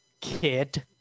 kid